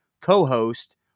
co-host